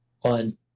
one